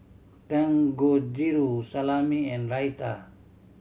Dangojiru Salami and Raita